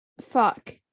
fuck